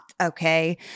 okay